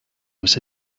was